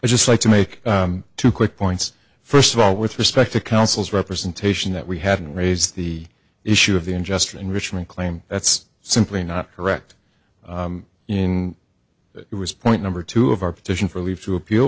i just like to make two quick points first of all with respect to counsel's representation that we hadn't raised the issue of the unjust in richmond claim that's simply not correct in that it was point number two of our petition for leave to appeal